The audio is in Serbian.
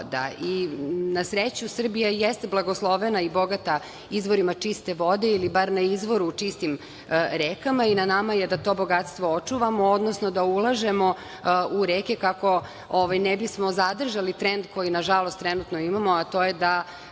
Na sreću, Srbija jeste blagoslovena i bogata izvorima čiste vode ili bar na izvoru čistim rekama i na nama je da to bogatstvo očuvamo, odnosno da ulažemo u reke kako ne bismo zadržali trend koji, nažalost, trenutno imamo, a to je da